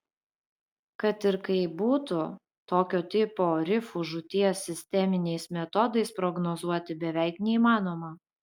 kad ir kaip būtų tokio tipo rifų žūties sisteminiais metodais prognozuoti beveik neįmanoma